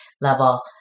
level